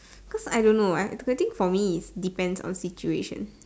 cause I don't know I if I think for me it's depends on situation